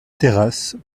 terrasse